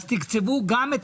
אז תקצבו גם את